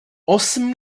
osm